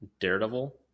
Daredevil